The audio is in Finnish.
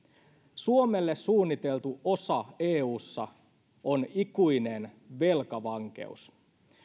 suomelle suunniteltu osa eussa on ikuinen velkavankeus